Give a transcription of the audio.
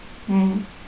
mm